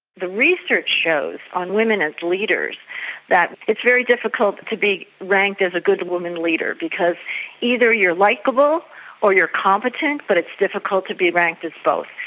the research shows on women as leaders that it's very difficult to be ranked as a good woman leader because either you are likeable or you are competent but it's difficult to be ranked as both.